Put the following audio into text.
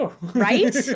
Right